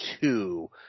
two